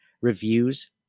reviews